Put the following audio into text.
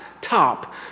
top